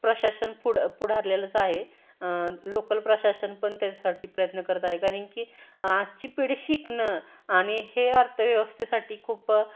प्रशासन पुढ पुढारलेलंच आहे लोकल प्रशासन पण त्याच्यासाठी प्रयत्न करत आहे कारण की आजची पिढी शिकणे आणि हे अर्थव्यवस्थेसाठी खूप